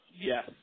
Yes